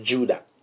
Judah